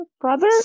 Brother